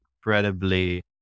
incredibly